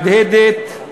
מהדהדת,